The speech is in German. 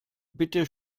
bitte